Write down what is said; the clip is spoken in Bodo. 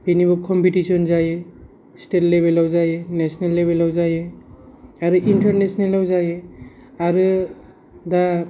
कम्पिटिशन जायो स्टेत लेबेलाव जायो नेसनेल लेबेलाव जायो आरो इन्टारनेसनेलाव जायो आरो दा